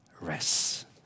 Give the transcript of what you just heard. rest